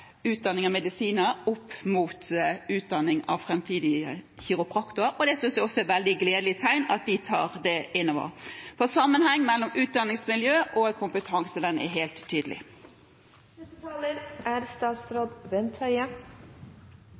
utdanning av medisinere opp mot utdanning av framtidige kiropraktorer. Det synes jeg også er et veldig gledelig tegn, at de tar det inn over seg, for sammenhengen mellom utdanningsmiljø og kompetanse er helt tydelig. Spørsmålet om kiropraktorutdanning er